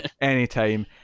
anytime